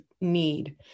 need